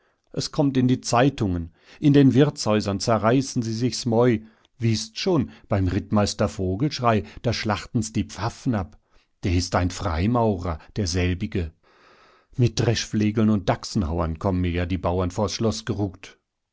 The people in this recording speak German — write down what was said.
es kommt in die zeitungen in den wirtshäusern zerreißen sie sich's mäu wißt's schon beim rittmeister vogelschrey da schlachten's die pfaffen ab der ist ein freimaurer derselbige mit dreschflegeln und daxenhauern kommen mir ja die bauern vors schloß geruckt